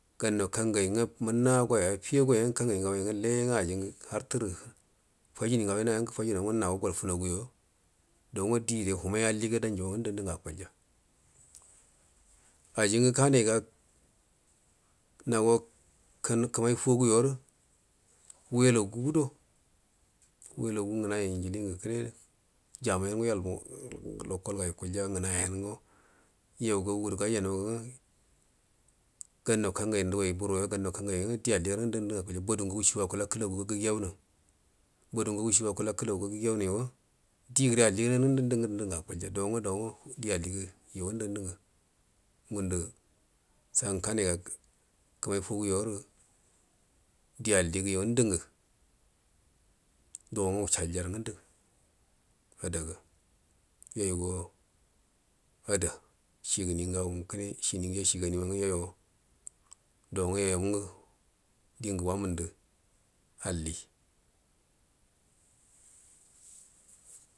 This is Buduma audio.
Gannau kangai uga munna gəya affiya go ya nga ke uga ajingə hurtərə fajiul ngagoi nga nga gufuji nau nago gol ganaga yo do uga dire wamai alliyangu danjo ngandu ngundu nga akulya ajingu lanaiga nago kamai gogu yo ru wailaga gudo wailogo uganai iyilingə kuno janaiyan go yol lokol ga yukulya ngnaiyan go yau gaguda gajainau nga ganuan kangai chigai mbaru gaunau kangai di alligau agundu ngu akulya badu ngagu shigo akula kəlaguga gəge unu badu ngagu shigo akula kəlaguga gngen nyo di dlligan ngudu ngandu ugu akulya di all gu ya ndandu saugə kanaiga kamani foga yoru di yo ngundu nga do nga wu shalya ra ngundu adaga yoyugo ada shigəni ngau ugu kune. Shini nga yashigani maaga yoyo nga yoyo mungu dingu wanundu alli.